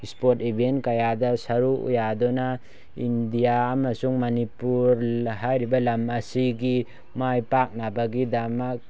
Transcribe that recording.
spot ꯏꯕꯦꯟ ꯀꯌꯥꯗ ꯁꯔꯨꯛ ꯌꯥꯗꯨꯅ ꯏꯟꯗꯤꯌꯥ ꯑꯃꯁꯨꯡ ꯃꯅꯤꯄꯨꯔ ꯍꯥꯏꯔꯤꯕ ꯂꯥꯝ ꯑꯁꯤꯒꯤ ꯃꯥꯏ ꯄꯥꯛꯅꯕꯒꯤꯗꯃꯛ